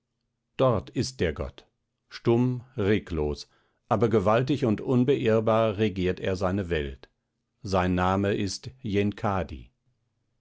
dort ist der gott stumm reglos aber gewaltig und unbeirrbar regiert er seine welt sein name ist